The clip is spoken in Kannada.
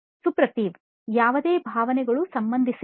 ಸುಪ್ರತಿವ್ ಯಾವುದೇ ಭಾವನೆಗಳು ಸಂಬಂಧಿಸಿಲ್ಲ